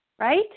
right